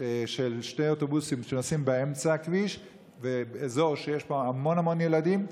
של שני אוטובוסים שנוסעים באמצע הכביש באזור שיש בו המון המון ילדים.